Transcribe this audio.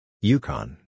Yukon